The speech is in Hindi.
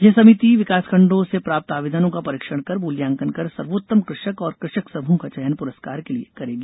यह समिति विकासखंडों से प्राप्त आवेदनों का परीक्षण कर मुल्यांकन कर सर्वोत्तम कृषक और कृषक समूह का चयन पुरस्कार के लिये करेगी